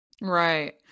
Right